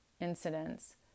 incidents